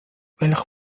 welch